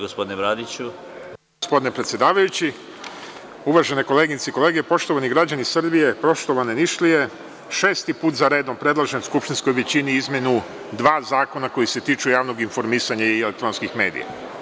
Gospodine predsedavajući, uvažene koleginice i kolege, poštovani građani Srbije, poštovane Nišlije, šesti put za redom predlažem skupštinskoj većini izmenu dva zakona koji se tiču javnog informisanja i elektronskih medija.